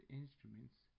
instruments